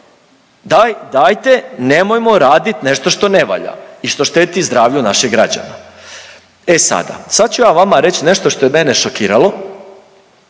dajte nemojmo radit nešto što ne valja i što šteti zdravlju naših građana. E sada, sad ću ja vama reći nešto što je mene šokiralo